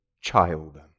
child